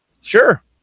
sure